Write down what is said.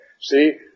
See